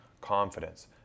confidence